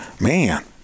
Man